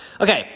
Okay